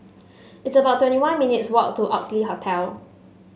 it's about twenty one minutes' walk to Oxley Hotel